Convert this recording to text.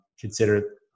consider